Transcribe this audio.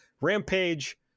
rampage